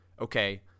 okay